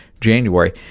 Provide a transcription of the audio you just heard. january